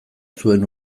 zuen